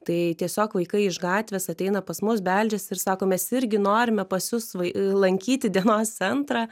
tai tiesiog vaikai iš gatvės ateina pas mus beldžiasi ir sako mes irgi norime pas jus vai lankyti dienos centrą